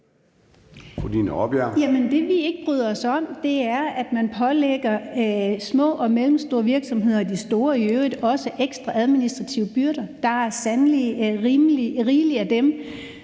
Det, vi ikke bryder os om, er, at man pålægger små og mellemstore virksomheder – og i øvrigt også de store – ekstra administrative byrder. Der er sandelig rigeligt af dem.